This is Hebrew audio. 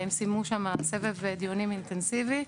הם סיימו שם סבב דיונים אינטנסיבי.